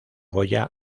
goya